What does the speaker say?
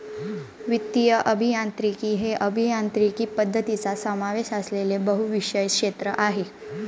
वित्तीय अभियांत्रिकी हे अभियांत्रिकी पद्धतींचा समावेश असलेले बहुविषय क्षेत्र आहे